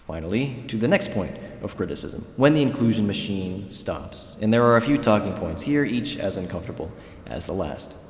finally, to the next point of criticism. when the inclusion machine stops. and there are a few talking points here, each as uncomfortable as the last.